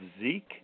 Zeke